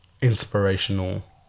inspirational